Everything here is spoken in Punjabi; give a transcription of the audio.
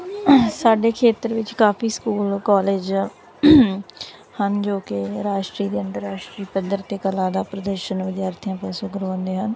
ਸਾਡੇ ਖੇਤਰ ਵਿੱਚ ਕਾਫੀ ਸਕੂਲ ਕਾਲਜ ਹਨ ਜੋ ਕਿ ਰਾਸ਼ਟਰੀ ਅਤੇ ਅੰਤਰਰਾਸ਼ਟਰੀ ਪੱਧਰ 'ਤੇ ਕਲਾ ਦਾ ਪ੍ਰਦਰਸ਼ਨ ਵਿਦਿਆਰਥੀਆਂ ਪਾਸੋਂ ਕਰਵਾਉਂਦੇ ਹਨ